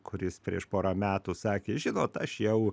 kuris prieš porą metų sakė žinot aš jau